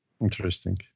interesting